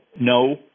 no